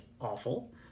awful